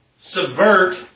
subvert